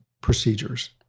procedures